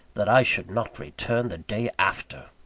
that i should not return the day after!